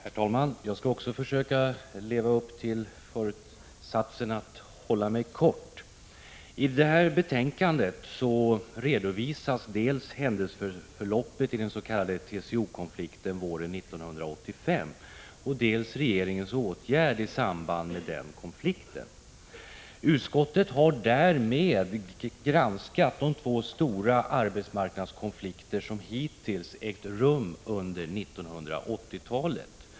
Herr talman! Också jag skall försöka leva upp till föresatsen att fatta sig kort. I konstitutionsutskottets betänkande 25 redovisas dels händelseförloppet i den s.k. TCO-konflikten våren 1985, dels regeringens åtgärder i samband med denna konflikt. Utskottet har därmed granskat de två stora arbetsmarknadskonflikter som hittills har ägt rum under 1980-talet.